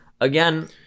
again